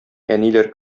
әниләр